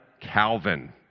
Calvin